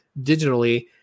digitally